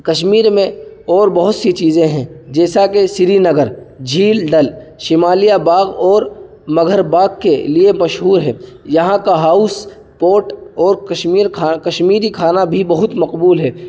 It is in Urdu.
کشمیر میں اور بہت سی چیزیں ہیں جیسا کہ سری نگر جھیل ڈل شمالیہ باغ اور مظہر باغ کے لیے مشہور ہے یہاں کا ہاؤس پورٹ اور کشمیر کشمیری کھانا بھی بہت مقبول ہے